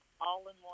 all-in-one